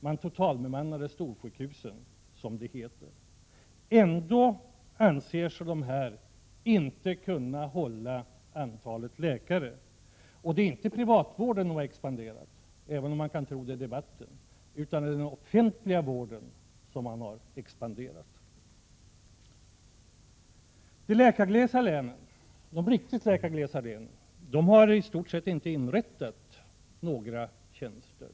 Man totalbemannade storsjukhusen, som det heter. Ändå anser man sig i dessa områden inte kunna följa rekommendationen när det gäller antalet läkare. Och det är inte privatvården som har expanderat, även om man kan tro det av debatten, utan det är den offentliga vården som har expanderat. I de riktigt läkarglesa länen har man i stort sett inte inrättat några nya tjänster.